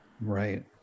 right